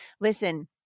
Listen